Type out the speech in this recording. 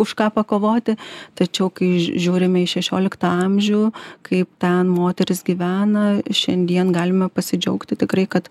už ką pakovoti tačiau kai ž žiūrime į šešioliktą amžių kaip ten moterys gyvena šiandien galime pasidžiaugti tikrai kad